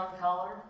color